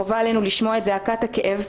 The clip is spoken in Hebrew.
חובה עלינו לשמוע את זעקת הכאב,